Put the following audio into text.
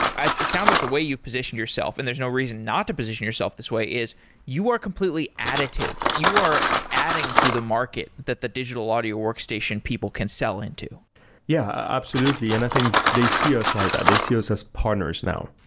it sounds like the way you've positioned yourself and there's no reason not to position yourself this way is you are completely additive. you are adding to the market that the digital audio workstation people can sell into yeah, absolutely. i and think they see us like that. they see us as partners now.